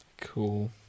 Cool